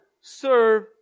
serve